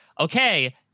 Okay